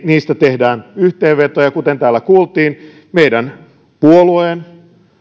niistä tehdään yhteenvetoja kuten täällä kuultiin meidän puolueemme